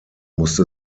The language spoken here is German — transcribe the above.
musste